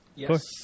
yes